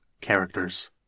characters